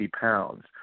pounds